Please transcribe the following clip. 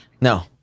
No